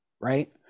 Right